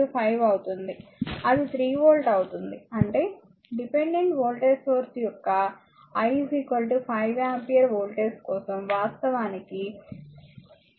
6 5 అవుతుంది అది 3 వోల్ట్ అవుతుంది అంటే డిపెండెంట్ వోల్టేజ్ సోర్స్ యొక్క I 5 ఆంపియర్ వోల్టేజ్ కోసం వాస్తవానికి 3 వోల్ట్ కు సమానం